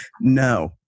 No